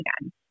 again